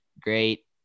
great